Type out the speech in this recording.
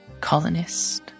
colonist